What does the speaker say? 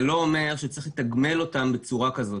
זה לא אומר שצריך לתגמל אותם בצורה כזאת.